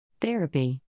Therapy